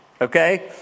Okay